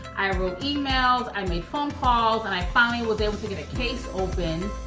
i wrote emails, i made phone calls and i finally was able to get a case open,